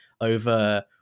over